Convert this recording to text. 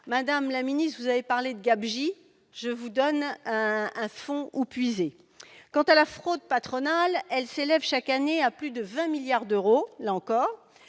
Madame la ministre, vous avez parlé de gabegie : voilà une source où puiser ! Quant à la fraude patronale, elle s'élève chaque année à plus de 20 milliards d'euros. Il nous